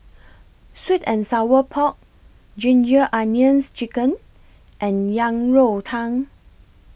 Sweet and Sour Pork Ginger Onions Chicken and Yang Rou Tang